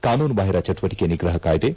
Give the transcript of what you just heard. ಕಾನೂನು ಬಾಹಿರ ಚಟುವಟಿಕೆ ನಿಗ್ರಹ ಕಾಯ್ದೆ